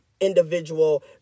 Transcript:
individual